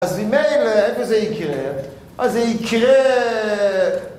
‫אז אם מילא וזה יקרה. ‫אז זה יקרה...